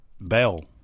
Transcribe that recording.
Bell